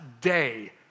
day